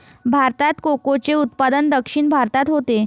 भारतात कोकोचे उत्पादन दक्षिण भारतात होते